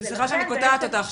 סליחה שאני קוטעת אותך.